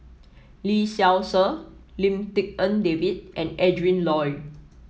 Lee Seow Ser Lim Tik En David and Adrin Loi